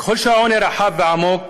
ככל שהעוני רחב ועמוק,